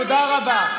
תודה רבה.